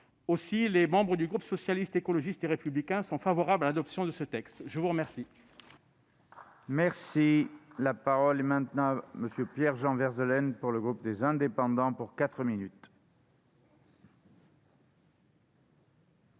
travail. Les membres du groupe Socialiste, Écologiste et Républicain sont favorables à l'adoption de ce texte. La parole